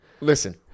listen